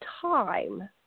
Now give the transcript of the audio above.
Time